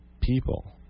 people